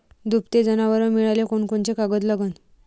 दुभते जनावरं मिळाले कोनकोनचे कागद लागन?